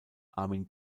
armin